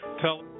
tell